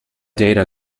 data